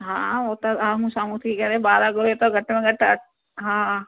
हा हो त आमू साम्हूं थी करे ॿारहं घुरे थो घटि में घटि हा